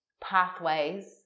pathways